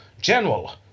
General